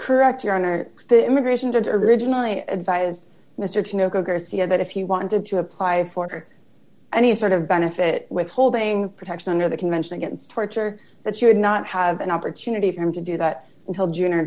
correct your honor the immigration judge originally advised mr chino garcia that if he wanted to apply for any sort of benefit withholding protection under the convention against torture that you would not have an opportunity for him to do that until june or